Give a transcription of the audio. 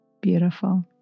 Beautiful